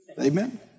Amen